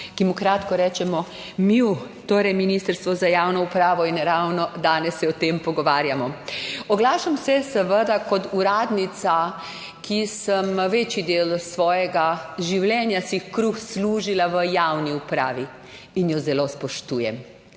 ki mu kratko rečemo MJU, torej Ministrstvo za javno upravo. In ravno danes se o tem pogovarjamo. Oglašam se seveda kot uradnica, ki sem večji del svojega življenja si kruh služila v javni upravi in jo zelo spoštujem